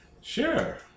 Sure